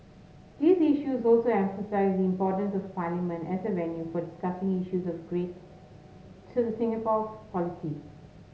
these issues also emphasise the importance of Parliament as a venue for discussing issues of great to the Singapore polity